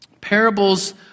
Parables